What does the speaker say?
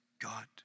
God